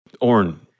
Orn